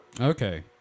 Okay